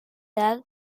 edad